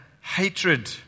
hatred